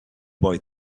boy